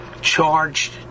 charged